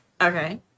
Okay